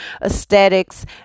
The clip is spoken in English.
aesthetics